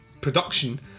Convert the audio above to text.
production